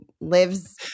lives